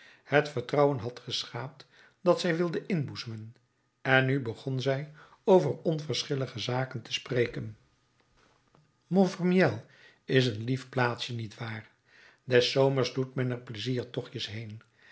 het vertrouwen had geschaad dat zij wilde inboezemen en nu begon zij over onverschillige zaken te spreken montfermeil is een lief plaatsje niet waar des zomers doet men er pleiziertochtjes heen